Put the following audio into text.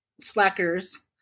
slackers